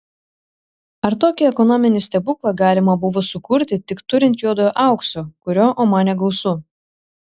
ar tokį ekonominį stebuklą galima buvo sukurti tik turint juodojo aukso kurio omane gausu